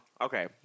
okay